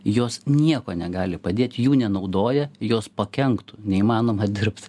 jos nieko negali padėt jų nenaudoja jos pakenktų neįmanoma dirbt